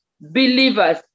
believers